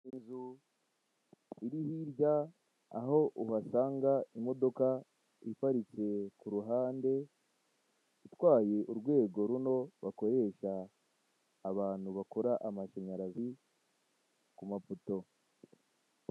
Inzu iri hirya aho uhasanga imodoka iparitse ku ruhande itwaye urwego runo bakoresha abantu bakora amashanyarazi ku mapoto.